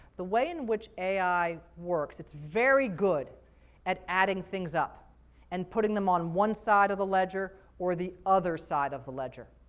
the way in which ai works, it's very good at adding things up and putting them on one side of the ledger or the other side of the ledger,